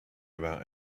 about